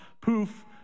poof